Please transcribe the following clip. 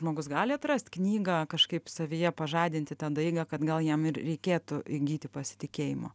žmogus gali atrast knygą kažkaip savyje pažadinti tą daigą kad gal jam ir reikėtų įgyti pasitikėjimo